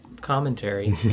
commentary